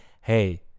hey